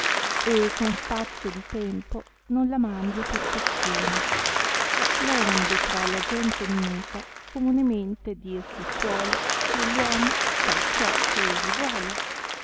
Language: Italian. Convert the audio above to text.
e con spazio di tempo non la mandi a perfezione laonde tra la gente minuta comunemente dir si suole che uomo fa ciò che egli vuole